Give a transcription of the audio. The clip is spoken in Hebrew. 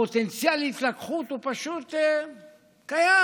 הפוטנציאל להתלקחות פשוט קיים.